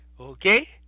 Okay